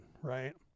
right